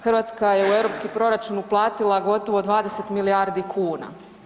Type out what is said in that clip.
Hrvatska je u europski proračun uplatila gotovo 20 milijardi kuna.